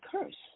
curse